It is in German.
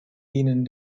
ihnen